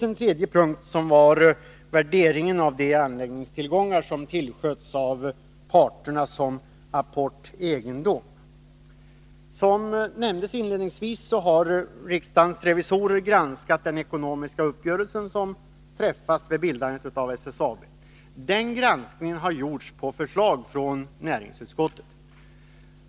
En tredje punkt var värderingen av de anläggningstillgångar som tillsköts av parterna såsom apportegendom. Som nämndes inledningsvis har riksdagens revisorer granskat den ekonomiska uppgörelse som träffades vid bildandet av SSAB. Den granskningen har gjorts på förslag från näringsutskottet.